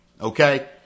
okay